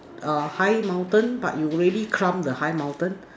a high mountain but you already climb the high mountain